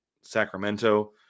Sacramento